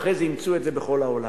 ואחרי זה אימצו את זה בכל העולם.